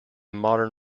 modern